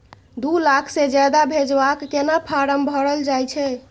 दू लाख से ज्यादा भेजबाक केना फारम भरल जाए छै?